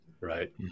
Right